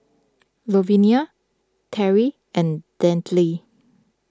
Louvenia Terry and Delaney